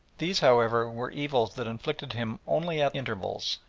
these, however, were evils that afflicted him only at intervals,